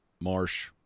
Marsh